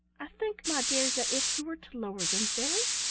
i think, my dear, that if you were lower them very,